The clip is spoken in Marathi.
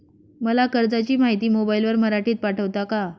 मला कर्जाची माहिती मोबाईलवर मराठीत पाठवता का?